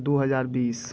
दो हज़ार बीस